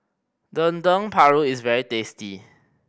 Dendeng Paru is very tasty